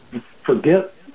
forget